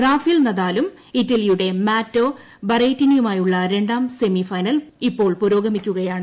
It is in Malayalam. റാഫേൽ നദാലും ഇറ്റലിയുടെ മാറ്റോ ബറേറ്റിനിയുമായുള്ള രണ്ടാം സെമി പുരോഗമിക്കുകയാണ്